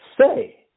say